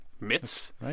myths